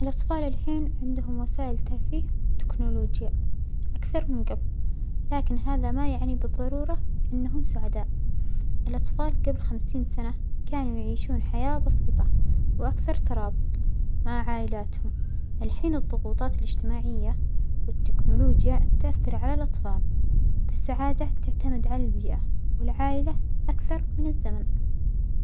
الأطفال هالحين عندهم وسائل ترفيه تكنولوجيا أكثر من جبل، لكن هذا ما يعنى بالظرورة أنهم سعداء، الأطفال جبل خمسين سنة كانوا يعيشون حياة بسيطة وأكثر ترابط مع عائلاتهم، هالحين الظغوطات الإجتماعية والتكنولوجيا توثر على الأطفال، فالسعادة تعتمد على البيئة والعائلة أكثر من الزمن.